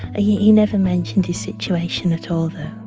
he he never mentioned his situation at all, though